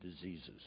diseases